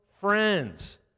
friends